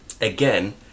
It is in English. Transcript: Again